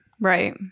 right